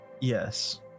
Yes